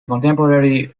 contemporary